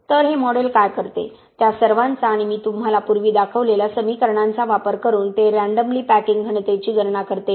तर हे मॉडेल काय करते त्या सर्वांचा आणि मी तुम्हाला पूर्वी दाखवलेल्या समीकरणांचा वापर करून ते रँडमली पॅकिंग घनतेची गणना करते